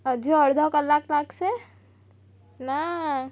હજુ અડધો કલાક લાગશે નાઆઆ